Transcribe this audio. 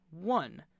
one